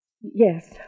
Yes